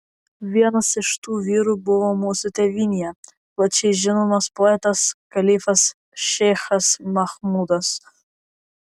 vienas iš tų vyrų buvo mūsų tėvynėje plačiai žinomas poetas kalifas šeichas machmudas